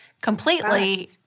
completely